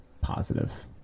positive